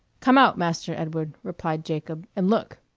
come out, master edward, replied jacob, and look.